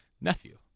nephew